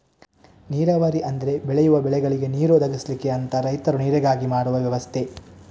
ನೀರಾವರಿ ಅಂದ್ರೆ ಬೆಳೆಯುವ ಬೆಳೆಗಳಿಗೆ ನೀರು ಒದಗಿಸ್ಲಿಕ್ಕೆ ಅಂತ ರೈತರು ನೀರಿಗಾಗಿ ಮಾಡುವ ವ್ಯವಸ್ಥೆ